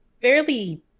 fairly